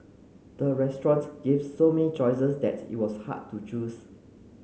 the restaurant gave so many choices that it was hard to choose